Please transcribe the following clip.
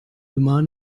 immer